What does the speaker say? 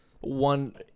one